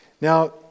Now